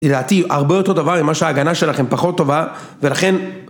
היא לדעתי הרבה יותר טובה ממה שההגנה שלכם פחות טובה, ולכן